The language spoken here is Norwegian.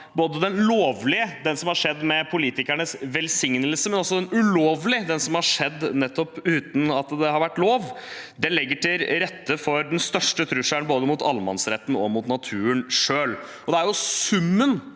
allemannsretten har skjedd med politikernes velsignelse, og den ulovlige, den som har skjedd nettopp uten at det har vært lov, legger til rette for den største trusselen mot både allemannsretten og naturen selv. Det er summen